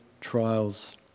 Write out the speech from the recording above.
trials